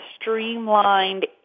streamlined